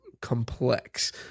complex